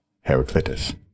Heraclitus